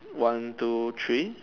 one two three